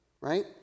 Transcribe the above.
Right